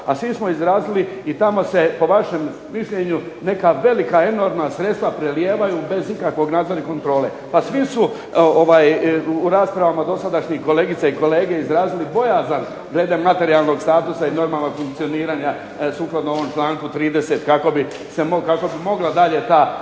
a svi smo izrazili i tamo se po vašem mišljenju neka velika enormna sredstva prelijevaju bez ikakvog nadzora i kontrole. Pa svi su u raspravama dosadašnji kolegice i kolege izrazili bojazan glede materijalnog statusa i normalnog funkcioniranja sukladno ovom članku 30. kako bi mogla dalje ta